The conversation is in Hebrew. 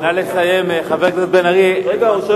נא לסיים, חבר